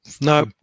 No